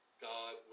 God